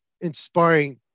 inspiring